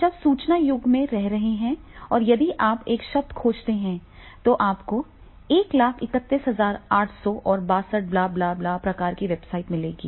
हम एक सूचना युग में रह रहे हैं और यदि आप एक शब्द खोजते हैं और आपको एक लाख इकतीस हज़ार आठ सौ और बासठ ब्ला ब्ला ब्ला ब्लाह प्रकार की वेबसाइटें मिलेंगी